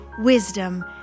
wisdom